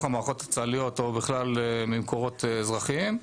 המערכות הצה"ליות או בכלל ממקורות אזרחיים,